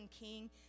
King